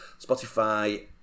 Spotify